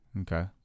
Okay